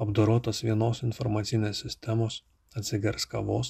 apdorotas vienos informacinės sistemos atsigers kavos